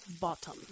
bottom